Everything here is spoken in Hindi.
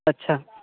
अच्छा